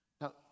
Now